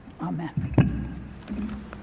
Amen